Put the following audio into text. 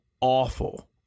awful